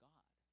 God